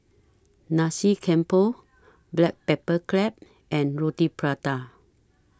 Nasi Campur Black Pepper Crab and Roti Prata